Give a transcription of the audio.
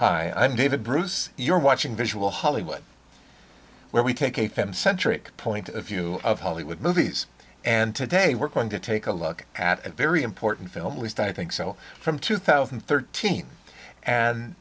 but i'm david bruce you're watching visual hollywood well we take a pen centric point of view of hollywood movies and today we're going to take a look at a very important film least i think so from two thousand and thirteen and